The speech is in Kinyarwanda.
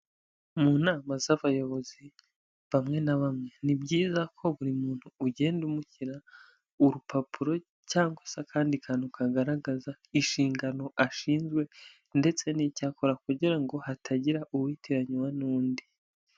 Mu nama z'abayobozi bamwe na bamwe, ni byiza ko buri muntu ugenda umushyira urupapuro cyangwa se akandi kantu kagaragaza inshingano ashinzwe ndetse n'icyakora kugira ngo hatagira uwitiranywa n'undi.